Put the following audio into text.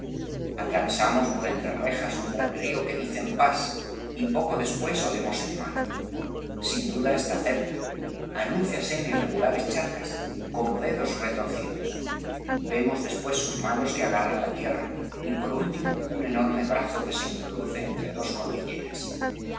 atravesamos por entre rejas un gran río que dicen pas y poco después olemos el mar sin duda está cerca anúnciase en irregulares charcas como dedos retorcidos vemos después sus manos que agarran la tierra y por último un enorme brazo que se introduce entre dos cordilleras